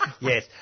Yes